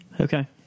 Okay